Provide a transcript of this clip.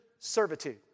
Servitude